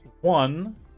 one